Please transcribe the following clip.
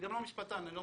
אני גם לא משפטן מומחה,